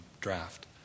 draft